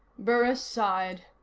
burris sighed.